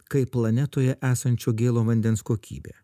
kai planetoje esančio gėlo vandens kokybė